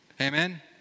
Amen